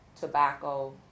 tobacco